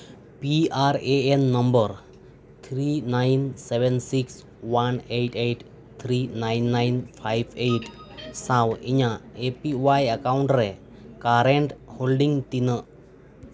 P R A N number three nine seven six one eight eight three nine nine five eight ᱥᱟᱶ ᱤᱧᱟᱜ A P Y account ᱨᱮ current holding ᱛᱤᱱᱟᱹᱜ